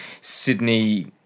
Sydney